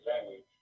language